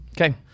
Okay